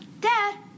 Dad